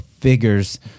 figures